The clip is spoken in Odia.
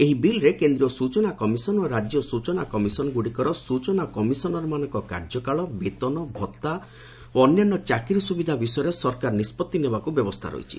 ଏହି ବିଲ୍ରେ କେନ୍ଦ୍ରୀୟ ସୂଚନା କମିଶନ୍ ଓ ରାଜ୍ୟ ସୂଚନା କମିଶନ୍ଗୁଡ଼ିକର ସୂଚନା କମିଶନର୍ମାନଙ୍କ କାର୍ଯ୍ୟକାଳ ବେତନ ଭଉା ଓ ଅନ୍ୟାନ୍ୟ ଚାକିରି ସୁବିଧା ବିଷୟରେ ସରକାର ନିଷ୍କଭି ନେବାକୁ ବ୍ୟବସ୍ଥା ରହିଛି